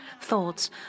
thoughts